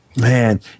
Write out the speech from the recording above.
man